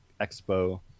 Expo